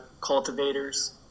cultivators